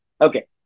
Okay